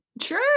Sure